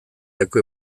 leku